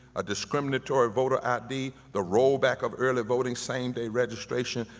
a discriminatory voter id, the rollback of early voting same-day registration,